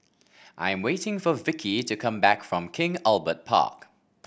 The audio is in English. I am waiting for Vikki to come back from King Albert Park